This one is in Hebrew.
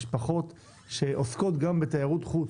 משפחות שעוסקות גם בתיירות חוץ.